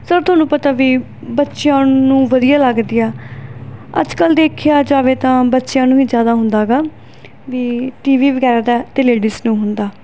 sir ਤੁਹਾਨੂੰ ਪਤਾ ਵੀ ਬੱਚਿਆਂ ਨੂੰ ਵਧੀਆ ਲੱਗਦੀ ਆ ਅੱਜ ਕੱਲ੍ਹ ਦੇਖਿਆ ਜਾਵੇ ਤਾਂ ਬੱਚਿਆਂ ਨੂੰ ਵੀ ਜ਼ਿਆਦਾ ਹੁੰਦਾ ਹੈਗਾ ਵੀ ਟੀ ਵੀ ਵਗੈਰਾ ਦਾ ਅਤੇ ਲੇਡੀਜ ਨੂੰ ਹੁੰਦਾ